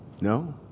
No